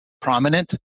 prominent